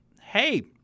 hey